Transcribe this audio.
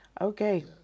Okay